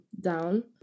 down